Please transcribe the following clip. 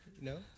No